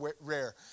rare